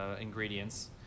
ingredients